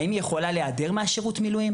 האם היא יכולה להיעדר משירות המילואים?